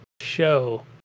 show